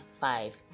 five